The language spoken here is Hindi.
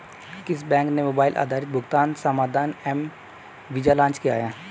किस बैंक ने मोबाइल आधारित भुगतान समाधान एम वीज़ा लॉन्च किया है?